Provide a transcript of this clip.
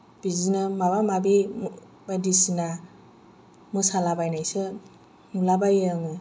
बिदिनो माबा माबि बायदिसिना मोसालाबायनायसो नुलाबायो आङो